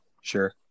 Sure